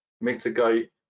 mitigate